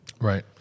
Right